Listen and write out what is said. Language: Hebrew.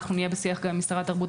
אנחנו נהיה בשיח גם עם משרד התרבות